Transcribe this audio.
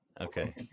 Okay